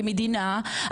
כמדינה,